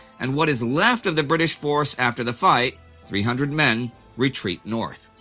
and what is left of the british force after the fight three hundred men retreat north.